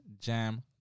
Jam